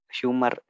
humor